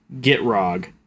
Gitrog